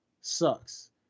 sucks